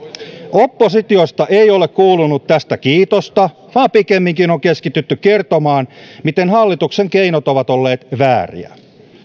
oppositiosta ei ole kuulunut tästä kiitosta vaan pikemminkin on keskitytty kertomaan miten hallituksen keinot ovat olleet vääriä